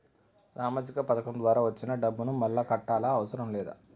సామాజిక పథకం ద్వారా వచ్చిన డబ్బును మళ్ళా కట్టాలా అవసరం లేదా?